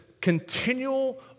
continual